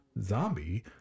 Zombie